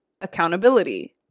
accountability